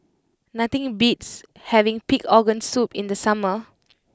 nothing beats having Pig Organ Soup in the summer